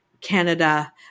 Canada